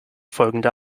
folgende